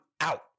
out